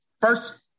First